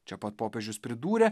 čia pat popiežius pridūrė